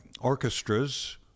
orchestras